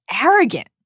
arrogant